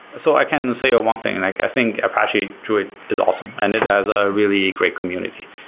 so i can say one thing. and like i think apache druid is awesome and it has a really great community.